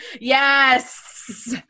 yes